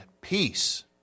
peace